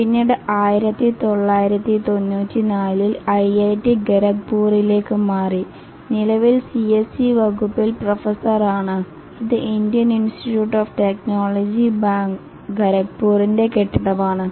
പിന്നീട് 1994 ൽ ഐഐടി ഖരഗ്പൂരിലേക്ക് മാറി നിലവിൽ സിഎസ്ഇ വകുപ്പിൽ പ്രൊഫസ്സർ ആണ് ഇത് Indian institute of technology Kharagpur കെട്ടിടം ആണ്